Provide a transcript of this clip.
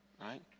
right